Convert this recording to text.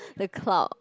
the cloud